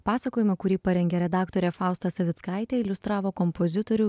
pasakojimą kurį parengė redaktorė fausta savickaitė iliustravo kompozitorių